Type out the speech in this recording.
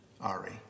Ari